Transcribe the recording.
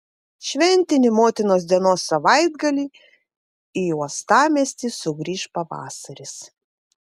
šventinį motinos dienos savaitgalį į uostamiestį sugrįš pavasaris